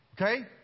Okay